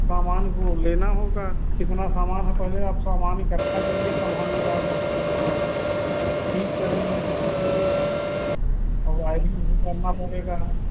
सामान को लेना होगा कितना सामान है पहले आप सामान इकट्ठा करिए तब हम लोग आकर उसको मतलब ठीक करेंगे बनाएँगे और वायरिंग भी करना पड़ेगा